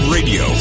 Radio